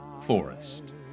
Forest